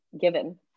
given